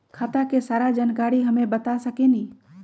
खाता के सारा जानकारी हमे बता सकेनी?